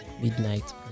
midnight